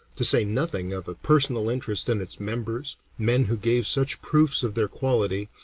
to say nothing of a personal interest in its members, men who gave such proofs of their quality,